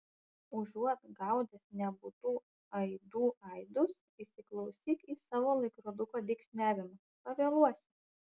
užuot gaudęs nebūtų aidų aidus įsiklausyk į savo laikroduko dygsniavimą pavėluosi